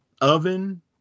oven